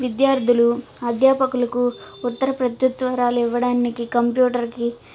విద్యార్థులు అధ్యాపకులకు ఉత్తర ప్రత్యుత్తరాలు ఇవ్వడానికి కంప్యూటర్కి